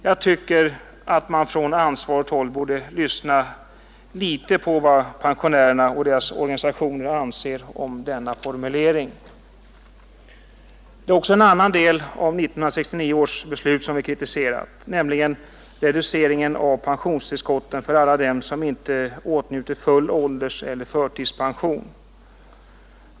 Jag tycker att man på ansvarigt håll borde lyssna på vad pensionärerna och deras organisationer anser. Vi har också kritiserat en annan del av 1969 års beslut, nämligen reduceringen av pensionstillskotten för alla dem som inte åtnjuter full ålderseller förtidspension.